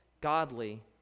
godly